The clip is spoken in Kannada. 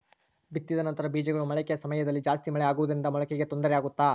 ಬಿತ್ತಿದ ನಂತರ ಬೇಜಗಳ ಮೊಳಕೆ ಸಮಯದಲ್ಲಿ ಜಾಸ್ತಿ ಮಳೆ ಆಗುವುದರಿಂದ ಮೊಳಕೆಗೆ ತೊಂದರೆ ಆಗುತ್ತಾ?